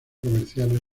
comerciales